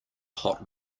hot